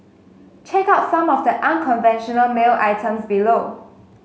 check out some of the unconventional mail items below